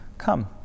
Come